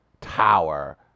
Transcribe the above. tower